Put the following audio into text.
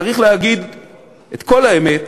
צריך להגיד את כל האמת